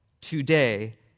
today